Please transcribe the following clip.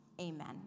Amen